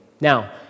Now